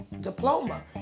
diploma